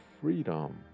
freedom